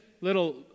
little